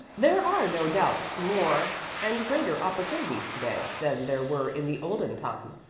there are, no doubt, more and greater opportunities to-day than there were in the olden time,